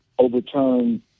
overturn